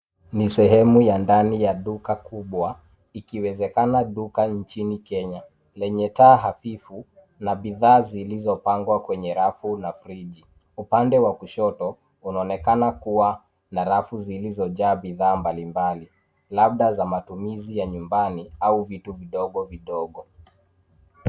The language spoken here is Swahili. Ni sehemu ya ndani ya duka kubwa ikiwezekana duka nchini kenya yenye taa hafifu na bidhaa zilizopangwa kwenye rafu na friji. Upande wa kushoto unaonekana kuwa na rafu zilizo jaa bidhaa mbali mbali. Labda za matumizi ya nyumbani au vitu vidogo vidogo.